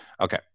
Okay